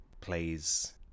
plays